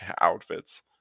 outfits